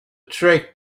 trick